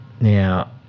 Now